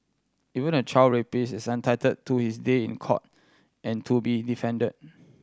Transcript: even a child rapist is entitled to his day in court and to be defended